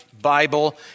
Bible